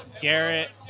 Garrett